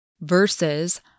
versus